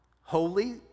holy